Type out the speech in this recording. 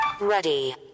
Ready